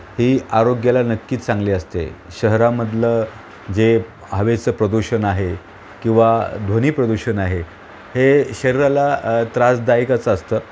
ती आरोग्याला नक्कीच चांगली असते शहरामधलं जे हवेचं प्रदूषण आहे किंवा ध्वनी प्रदूषण आहे हे शरीराला त्रासदायकच असतं